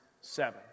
seven